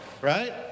right